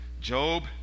Job